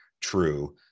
true